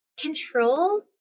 control